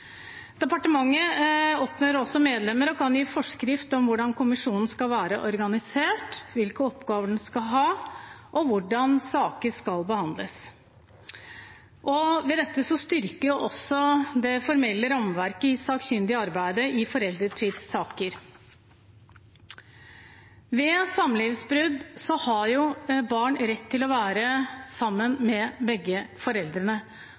Departementet oppnevner også medlemmer og kan gi forskrift om hvordan kommisjonen skal være organisert, hvilke oppgaver den skal ha, og hvordan saker skal behandles. Med dette styrkes også det formelle rammeverket i det sakkyndige arbeidet i foreldretvistsaker. Ved samlivsbrudd har barn rett til å være sammen med begge foreldrene